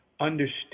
understood